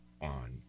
on